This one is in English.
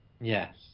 Yes